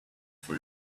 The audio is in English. for